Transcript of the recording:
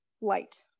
light